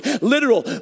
literal